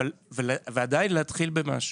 ועדיין להתחיל במשהו.